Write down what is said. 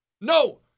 No